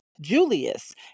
Julius